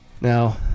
Now